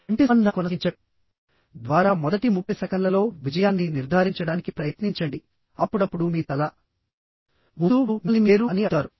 కంటి సంబంధాన్ని కొనసాగించడం ద్వారా మొదటి 30 సెకన్లలో విజయాన్ని నిర్ధారించడానికి ప్రయత్నించండిఅప్పుడప్పుడు మీ తల ఊపుతూవారు మిమ్మల్ని మీ పేరు అని అడుగుతారు